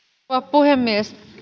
puhemies